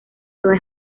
toda